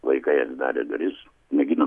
vaikai atidarė duris mėginom